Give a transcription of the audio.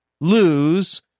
lose